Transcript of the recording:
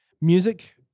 Music